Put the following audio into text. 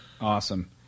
Awesome